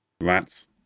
Rats